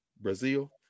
Brazil